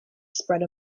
spread